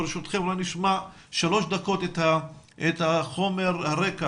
אולי נשמע שלוש דקות את חומר הרקע